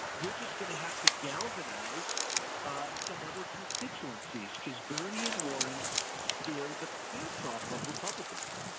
you're just going to have to galvanize ah some other constituencies cause bernie and warren scare the pants off of republicans.